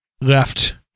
left